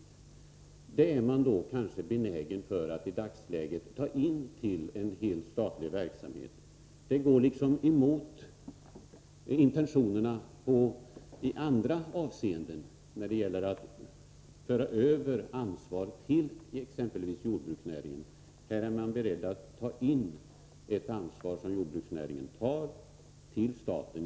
Men detta arbete är man kanske benägen att nu förlägga till en helt statlig verksamhet. Det går emot de intentioner som man har i andra avseenden — när man för över ansvar till exempelvis jordbruksnäringen. Här är man alltså beredd att flytta över ett ansvar i dess helhet från jordbruksnäringen till staten.